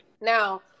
Now